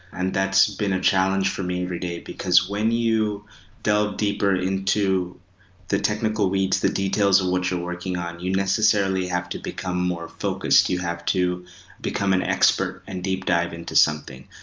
and that's been a challenge for me every day because when you delve deeper into the technical weeds, the details of what you're working on, you necessarily have to become more focused. you have to become an expert and deep dive into something.